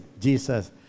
Jesus